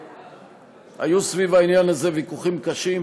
והיו סביב העניין הזה ויכוחים קשים,